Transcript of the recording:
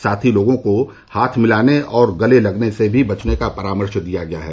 साथ ही लोगों को हाथ मिलाने और गले लगने से भी बचने का परामर्श दिया गया है